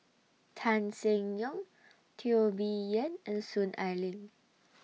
Tan Seng Yong Teo Bee Yen and Soon Ai Ling